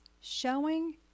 showing